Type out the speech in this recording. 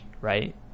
right